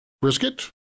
brisket